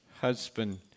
husband